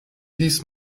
dies